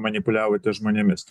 manipuliavote žmonėmis